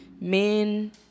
men